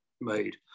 made